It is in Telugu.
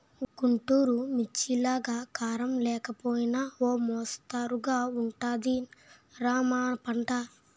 గుంటూరు మిర్చిలాగా కారం లేకపోయినా ఓ మొస్తరుగా ఉంటది రా మా పంట